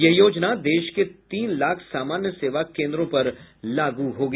यह योजना देश के तीन लाख सामान्य सेवा केंद्रों पर लागू होगी